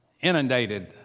inundated